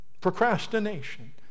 Procrastination